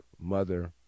mother